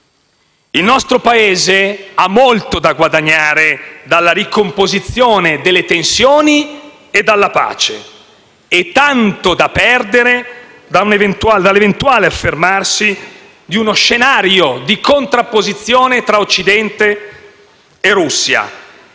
Il nostro Paese ha molto da guadagnare dalla ricomposizione delle tensioni e dalla pace e tanto da perdere dall'eventuale affermarsi di uno scenario di contrapposizione tra Occidente e Russia,